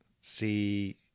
see